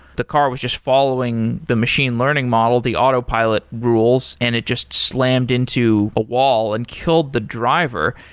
the car was just following the machine learning model, the auto pilot rules and it just slammed into a wall and killed the driver.